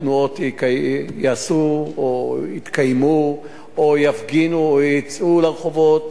התנועות יעשו או יתקיימו או יפגינו או יצאו לרחובות.